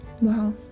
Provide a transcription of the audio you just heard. Wow